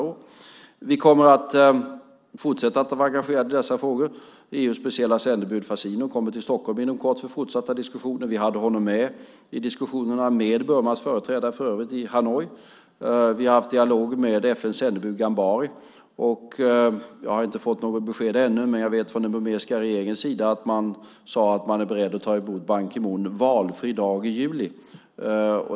Vi kommer att fortsätta att vara engagerade i dessa frågor. EU:s speciella sändebud Fassino kommer inom kort till Stockholm för fortsatta diskussioner. Vi hade honom med i diskussionerna med Burmas företrädare i Hanoi. Vi har även haft en dialog med FN:s sändebud Gambari. Jag har inte fått något besked ännu, men jag vet att man från den burmesiska regeringens sida sagt att man är beredd att ta emot Ban Ki Moon valfri dag i juli.